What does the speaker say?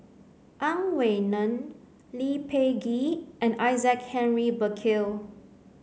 Ang Wei Neng Lee Peh Gee and Isaac Henry Burkill